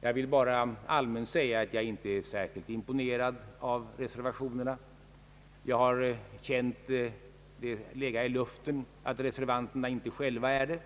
Jag vill bara allmänt säga att jag inte är särskilt imponerad av reservationerna. Jag har känt det ligga i luften att reservanterna inte själva är det.